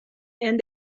and